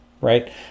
right